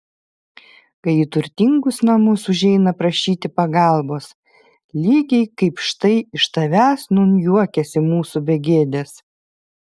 kai į turtingus namus užeina prašyti pagalbos lygiai kaip štai iš tavęs nūn juokiasi mūsų begėdės